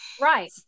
right